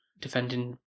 defending